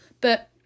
But-